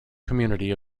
community